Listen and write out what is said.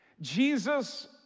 Jesus